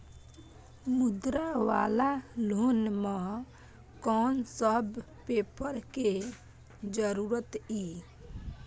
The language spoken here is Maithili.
मुद्रा वाला लोन म कोन सब पेपर के जरूरत इ?